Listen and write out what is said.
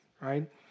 right